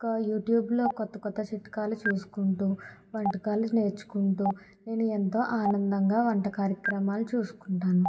ఇంకా యూట్యూబ్లో కొత్త కొత్త చిట్కాలు చూసుకుంటూ వంటకాలు నేర్చుకుంటూ నేనెంతో ఆనందంగా వంట కార్యక్రమాలు చూసుకుంటాను